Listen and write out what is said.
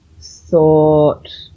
thought